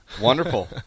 wonderful